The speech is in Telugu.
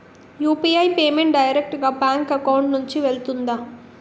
యు.పి.ఐ పేమెంట్ డైరెక్ట్ గా బ్యాంక్ అకౌంట్ నుంచి వెళ్తుందా?